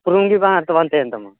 ᱛᱩᱱᱩᱢᱜᱮ ᱵᱟᱝ ᱟᱨᱛᱚᱵᱟᱝ ᱛᱟᱦᱮᱱ ᱛᱟᱢᱟ